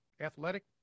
athletic